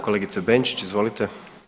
Kolegice Benčić, izvolite.